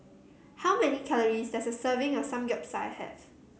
how many calories does a serving of Samgyeopsal have